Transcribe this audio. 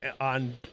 on